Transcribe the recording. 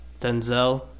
Denzel